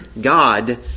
God